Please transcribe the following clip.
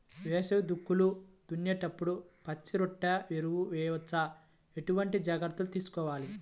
వేసవి దుక్కులు దున్నేప్పుడు పచ్చిరొట్ట ఎరువు వేయవచ్చా? ఎటువంటి జాగ్రత్తలు తీసుకోవాలి?